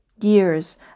years